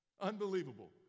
Unbelievable